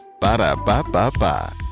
Ba-da-ba-ba-ba